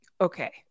Okay